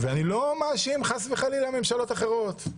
ואני לא מאשים חס וחלילה ממשלות אחרות.